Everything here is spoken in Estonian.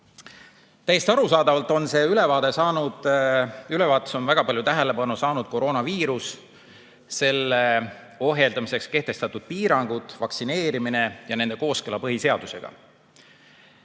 Täiesti arusaadavalt on ülevaates väga palju tähelepanu saanud koroonaviirus, selle ohjeldamiseks kehtestatud piirangud, vaktsineerimine ja nende kooskõla põhiseadusega.